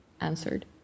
answered